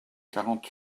quarante